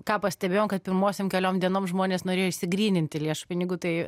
ką pastebėjom kad pirmosiom keliom dienom žmonės norėjo išsigryninti lėšų pinigų tai